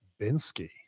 Binsky